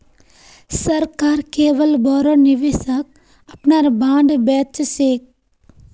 सरकार केवल बोरो निवेशक अपनार बॉन्ड बेच छेक